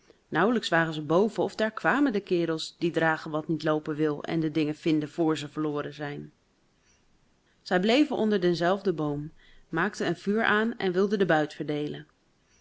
nauwelijks waren ze boven of daar kwamen de kerels die dragen wat niet loopen wil en de dingen vinden vr ze verloren zijn zij bleven onder denzelfden boom maakten een vuur aan en wilden den buit verdeelen